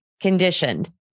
conditioned